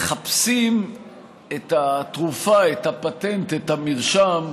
שמחפשים את התרופה, את הפטנט, את המרשם,